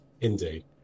Indeed